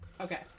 Okay